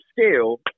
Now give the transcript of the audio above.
scale